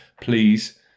Please